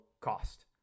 cost